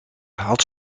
had